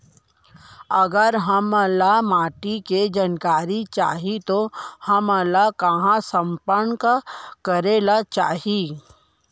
अगर हमन ला माटी के जानकारी चाही तो हमन ला कहाँ संपर्क करे ला चाही?